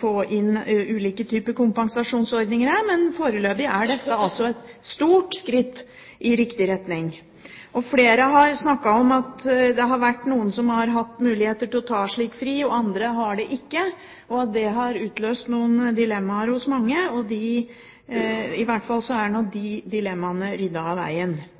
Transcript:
få inn ulike typer kompensasjonsordninger, men foreløpig er dette et stort skritt i riktig retning. Flere har snakket om at det har vært noen som har hatt muligheter til å ta slik fri, og andre ikke. Det har utløst noen dilemmaer hos mange. De dilemmaene er i hvert fall ryddet av vegen. Så er